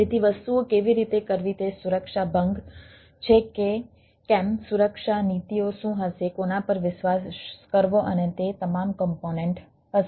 તેથી વસ્તુઓ કેવી રીતે કરવી તે સુરક્ષા ભંગ છે કે કેમ સુરક્ષા નીતિઓ શું હશે કોના પર વિશ્વાસ કરવો અને તે તમામ કમ્પોનેન્ટ હશે